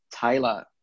Taylor